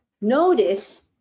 notice